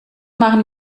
machen